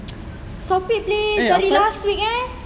stop it please dari last week eh